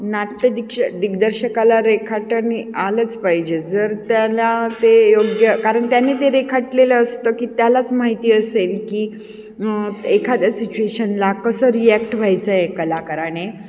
नाट्य दीक्ष दिग्दर्शकाला रेखाटणी आलंच पाहिजे जर त्याला ते योग्य कारण त्यांनी ते रेखाटलेलं असतं की त्यालाच माहिती असेल की एखाद्या सिच्युएशनला कसं रिॲक्ट व्हायचं आहे कलाकाराने